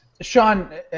Sean